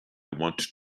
want